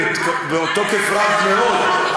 והוא תוקף רב מאוד,